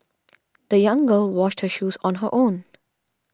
the young girl washed her shoes on her own